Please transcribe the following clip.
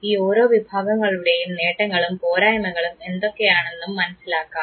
ഈ ഓരോ വിഭാഗങ്ങളുടെയും നേട്ടങ്ങളും പോരായ്മകളും എന്തൊക്കെയാണെന്നും മനസ്സിലാക്കാം